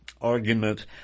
argument